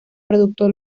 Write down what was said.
producto